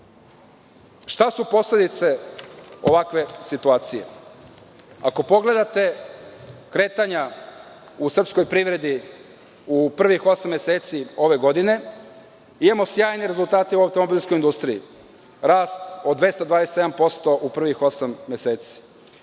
su posledice ovakve situacije? Ako pogledate kretanja u srpskoj privredi u prvih osam meseci ove godine imamo sjajne rezultate u automobilskoj industriji, rast od 227% u prvih osam meseci.